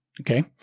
Okay